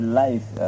life